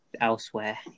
elsewhere